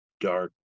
dark